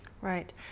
Right